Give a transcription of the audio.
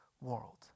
world